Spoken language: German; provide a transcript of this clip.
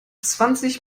zwanzig